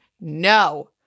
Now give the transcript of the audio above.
No